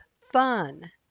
fun